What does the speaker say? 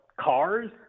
cars